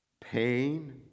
pain